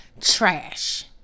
Trash